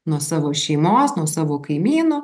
nuo savo šeimos nuo savo kaimyno